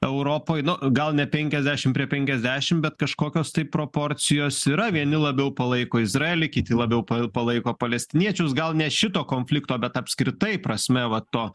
europoj nu gal ne penkiasdešim prie penkiasdešim bet kažkokios tai proporcijos yra vieni labiau palaiko izraelį kiti labiau palaiko palestiniečius gal ne šito konflikto bet apskritai prasme va to